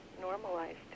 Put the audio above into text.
normalized